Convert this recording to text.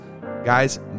Guys